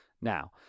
Now